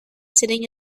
sitting